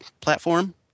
platform